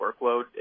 workload